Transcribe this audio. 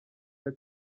der